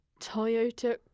Toyota